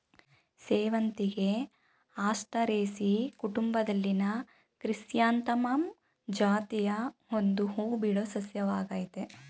ಸೇವಂತಿಗೆ ಆಸ್ಟರೇಸಿಯಿ ಕುಟುಂಬದಲ್ಲಿನ ಕ್ರಿಸ್ಯಾಂಥಮಮ್ ಜಾತಿಯ ಒಂದು ಹೂಬಿಡೋ ಸಸ್ಯವಾಗಯ್ತೆ